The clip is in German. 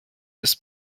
des